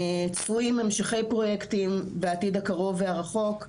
צפויים המשכי פרויקטים בעתיד הקרוב והרחוק,